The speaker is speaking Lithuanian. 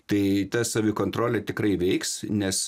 tai ta savikontrolė tikrai veiks nes